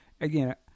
again